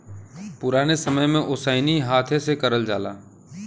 पुराने समय में ओसैनी हाथे से करल जाला